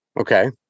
Okay